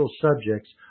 subjects